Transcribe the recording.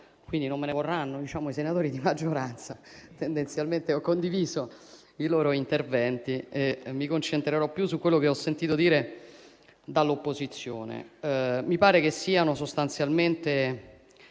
Quindi non me ne vorranno i senatori di maggioranza - tendenzialmente ho condiviso i loro interventi - se mi concentrerò di più su quello che ho sentito dire dall'opposizione. Mi pare che, anche seguendo